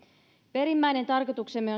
perimmäinen tarkoituksemme